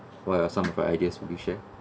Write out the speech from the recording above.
for your some for ideas will you share